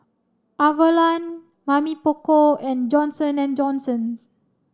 Avalon Mamy Poko and Johnson and Johnson